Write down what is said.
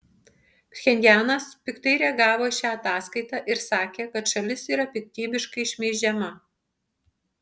pchenjanas piktai reagavo į šią ataskaitą ir sakė kad šalis yra piktybiškai šmeižiama